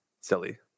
silly